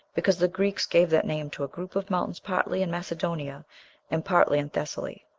because the greeks gave that name to a group of mountains partly in macedonia and partly in thessaly.